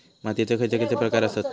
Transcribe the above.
मातीयेचे खैचे खैचे प्रकार आसत?